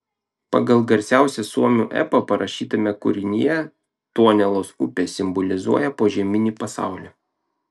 pagal garsiausią suomių epą parašytame kūrinyje tuonelos upė simbolizuoja požeminį pasaulį